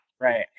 Right